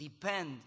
Depend